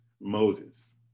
Moses